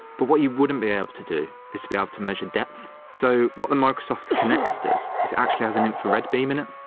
but what you wouldn't be able to do is to be able to measure depth. so what the microsoft kinect does is it actually has an infrared beam in it,